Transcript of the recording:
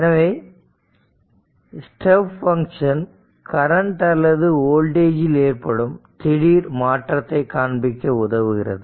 எனவே step function current அல்லது வோல்டேஜில் ஏற்படும் திடீர் மாற்றத்தை காண்பிக்க உதவுகிறது